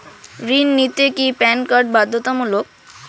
ঋণ নিতে কি প্যান কার্ড বাধ্যতামূলক?